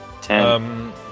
Ten